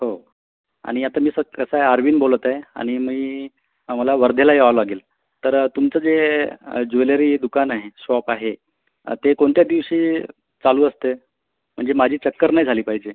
हो आणि आता मी कसा आहे आर्वीन बोलत आहे आणि मी आम्हाला वर्ध्याला यावं लागेल तर तुमचं जे ज्वेलरी दुकान आहे शॉप आहे ते कोणत्या दिवशी चालू असते म्हणजे माझी चक्कर नाही झाली पाहिजे